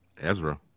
Ezra